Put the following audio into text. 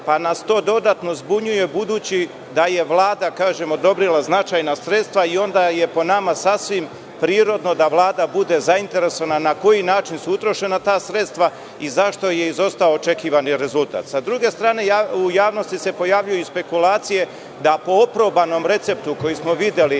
pa nas to dodatno zbunjuje, budući da je Vlada odobrila značajna sredstva i onda je po nama sasvim prirodno da Vlada bude zainteresovana na koji način su utrošena ta sredstva i zašto je izostao očekivani rezultat. Sa druge strane, u javnosti se pojavljuju i spekulacije da po oprobanom receptu, koji smo videli